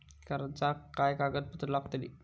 कर्जाक काय कागदपत्र लागतली?